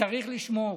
צריך לשמור,